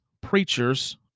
preachers